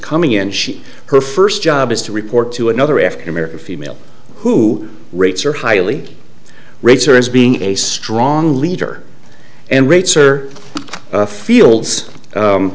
coming in she her first job is to report to another african american female who rates are highly rates or as being a strong leader and rates are fields